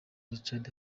richard